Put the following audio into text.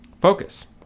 Focus